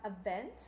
event